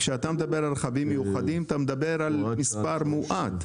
כשאתה מדבר על רכבים מיוחדים אתה מדבר על מספר מועט,